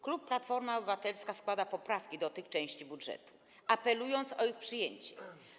Klub Platforma Obywatelska składa poprawki do tych części budżetu, apelując o ich przyjęcie.